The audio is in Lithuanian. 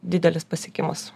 didelis pasiekimas